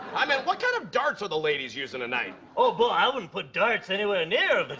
i meant, what kind of darts are the ladies using tonight? oh, boy, i wouldn't put darts anywhere near but